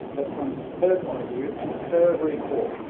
but from her point of view and her recall.